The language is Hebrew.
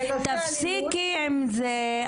תפסיקי עם זה,